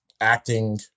acting